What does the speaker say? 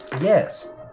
Yes